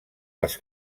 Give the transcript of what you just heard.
les